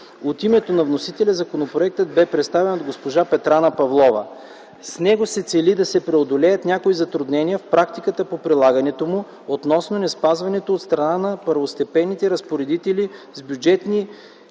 От името на вносителя законопроектът бе представен от госпожа Петрана Павлова. С него се цели да се преодолеят някои затруднения в практиката по прилагането му относно неспазването от страна на първостепенните разпоредители с бюджетни